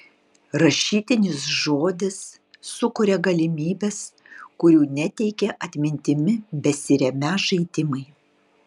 rašytinis žodis sukuria galimybes kurių neteikė atmintimi besiremią žaidimai